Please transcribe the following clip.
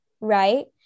Right